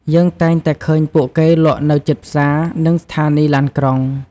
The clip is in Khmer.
យើងតែងតែឃើញពួកគេលក់នៅជិតផ្សារ និងស្ថានីយ៍ឡានក្រុង។